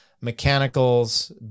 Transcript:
mechanicals